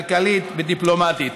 כלכלית ודיפלומטית.